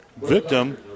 victim